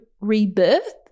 rebirth